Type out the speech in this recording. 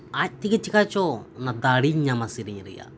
ᱟᱡ ᱛᱮᱜᱮ ᱪᱤᱠᱟᱹ ᱪᱚ ᱚᱱᱟ ᱫᱟᱲᱮᱧ ᱧᱟᱢᱟ ᱥᱮᱨᱮᱧ ᱨᱮᱭᱟᱜ